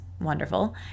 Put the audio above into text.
wonderful